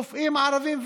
רופאים ערבים,